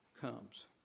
comes